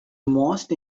most